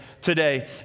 today